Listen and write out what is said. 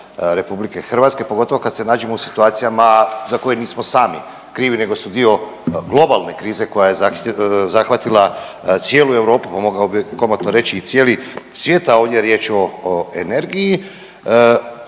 je prioritet Vlade RH pogotovo kad se nađemo u situacijama za koje nismo sami krivi nego su dio globalne krize koja je zahvatila cijelu Europu, pa mogao bi komotno reći cijeli svijet, a ovdje je riječ o energiji.